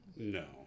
No